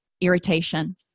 irritation